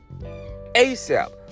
ASAP